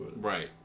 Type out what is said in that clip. Right